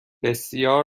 بسیار